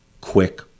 quick